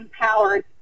empowered